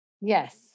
yes